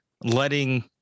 letting